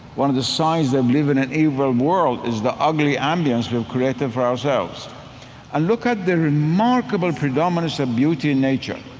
one of the signs we live in an evil um world is the ugly ambiance we've created for ourselves and look at the remarkable predominance of beauty in nature.